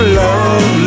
love